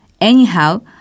Anyhow